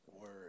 Word